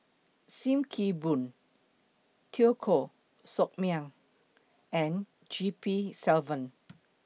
SIM Kee Boon Teo Koh Sock Miang and G P Selvam